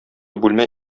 бүлмә